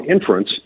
inference